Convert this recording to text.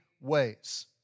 ways